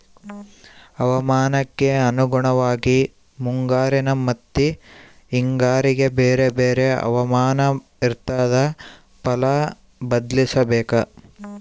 ಹವಾಮಾನಕ್ಕೆ ಅನುಗುಣವಾಗಿ ಮುಂಗಾರಿನ ಮತ್ತಿ ಹಿಂಗಾರಿಗೆ ಬೇರೆ ಬೇರೆ ಹವಾಮಾನ ಇರ್ತಾದ ಫಲ ಬದ್ಲಿಸಬೇಕು